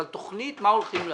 אבל תוכנית מה הולכים לעשות.